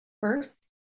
first